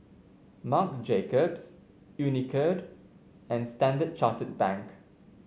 Marc Jacobs Unicurd and Standard Chartered Bank